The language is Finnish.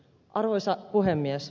arvoisa puhemies